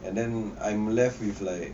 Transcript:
and then I'm left with like